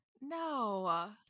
No